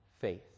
faith